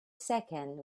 second